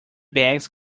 bags